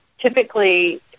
Typically